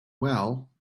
well